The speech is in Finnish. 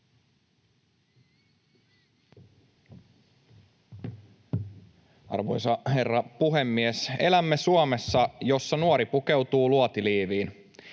Arvoisa herra puhemies! Elämme Suomessa, jossa nuori pukeutuu luotiliiviin.